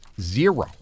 Zero